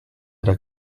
era